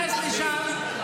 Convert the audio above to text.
לי יש כניסה אחת.